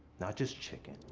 not just chicken,